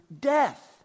death